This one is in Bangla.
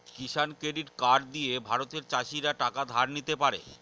কিষান ক্রেডিট কার্ড দিয়ে ভারতের চাষীরা টাকা ধার নিতে পারে